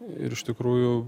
ir iš tikrųjų